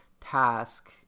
task